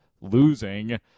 losing